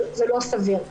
זה לא סביר.